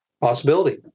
Possibility